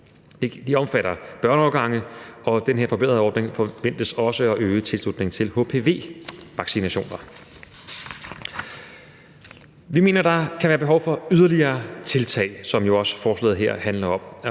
Det omfatter børneårgange, og den her forbedrede ordning forventes også at øge tilslutningen til hpv-vaccinationer. Vi mener, der kan være behov for yderligere tiltag, som forslaget jo også handler om.